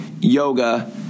yoga